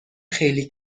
خیلی